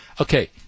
Okay